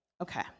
Okay